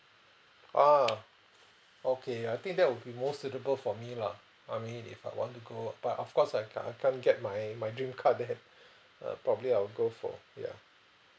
ah okay I think that would be more suitable for me lah I mean if I want to go uh but of course I can't I can't get my my dream car then uh probably I'll go for ya